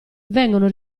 vengono